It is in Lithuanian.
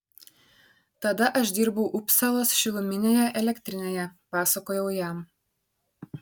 tada aš dirbau upsalos šiluminėje elektrinėje pasakojau jam